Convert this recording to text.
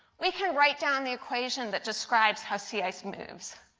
we can write down the equation that describes how sea ice moves.